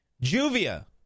Juvia